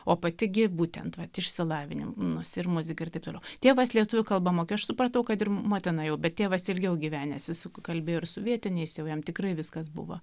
o pati gi būtent vat išsilavinimo nusi ir muzika ir taip toliau tėvas lietuvių kalbą mokėjo aš supratau kad ir motina jau bet tėvas ilgiau gyvenęs jis su kuo kalbėjo ir su vietiniais jau jam tikrai viskas buvo